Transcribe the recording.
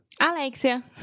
Alexia